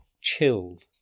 chilled